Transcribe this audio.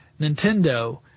Nintendo